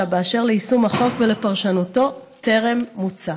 באשר ליישום החוק ולפרשנותו טרם מוצה.